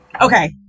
Okay